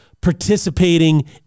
participating